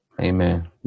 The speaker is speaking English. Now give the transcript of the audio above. Amen